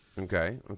Okay